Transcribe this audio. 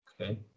Okay